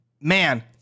Man